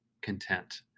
content